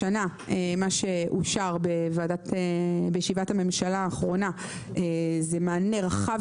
השנה אושר בישיבת הממשלה האחרונה מענה רחב